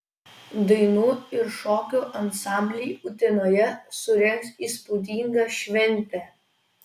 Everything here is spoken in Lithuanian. dainų ir šokių ansambliai utenoje surengs įspūdingą šventę